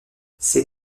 ces